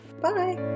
Bye